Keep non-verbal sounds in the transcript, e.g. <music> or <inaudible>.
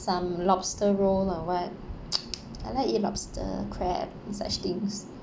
some lobster roll or what <noise> I like eat lobster crab and such things